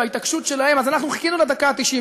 אז אנחנו חיכינו לדקה ה-90.